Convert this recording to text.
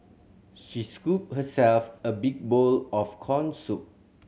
she scooped herself a big bowl of corn soup